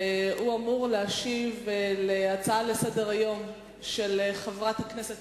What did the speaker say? הוא אמור להשיב על ההצעה לסדר-היום של חברת הכנסת